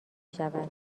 شود